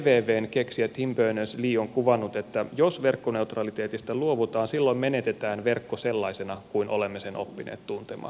wwwn keksijä tim berners lee on kuvannut että jos verkkoneutraliteetista luovutaan silloin menetetään verkko sellaisena kuin olemme sen oppineet tuntemaan